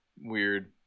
weird